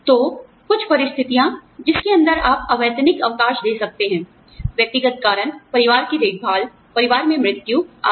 तो कुछ परिस्थितियां जिसके अंदर आप अवैतनिक अवकाश दे सकते हैं व्यक्तिगत कारण परिवार की देखभाल परिवार में मृत्यु आदि